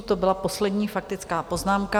To byla poslední faktická poznámka.